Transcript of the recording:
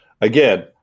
Again